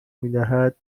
میدهد